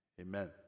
Amen